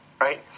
right